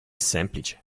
semplice